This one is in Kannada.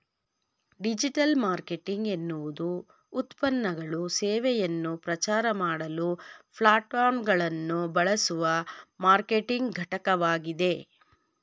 ಡಿಜಿಟಲ್ಮಾರ್ಕೆಟಿಂಗ್ ಎನ್ನುವುದುಉತ್ಪನ್ನಗಳು ಸೇವೆಯನ್ನು ಪ್ರಚಾರಮಾಡಲು ಪ್ಲಾಟ್ಫಾರ್ಮ್ಗಳನ್ನುಬಳಸುವಮಾರ್ಕೆಟಿಂಗ್ಘಟಕವಾಗಿದೆ